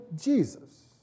Jesus